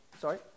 Sorry